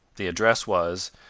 the address was,